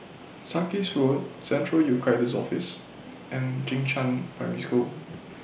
Sarkies Road Central Youth Guidance Office and Jing Shan Primary School